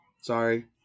Sorry